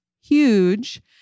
huge